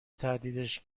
تهدیدش